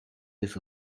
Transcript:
this